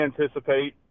anticipate